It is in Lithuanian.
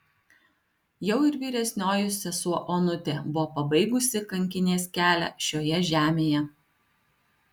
jau ir vyresnioji sesuo onutė buvo pabaigusi kankinės kelią šioje žemėje